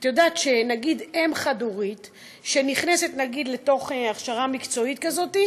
את יודעת שנגיד אם חד-הורית שנכנסת לתוך הכשרה מקצועית כזאת,